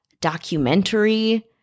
documentary